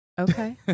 Okay